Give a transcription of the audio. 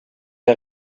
der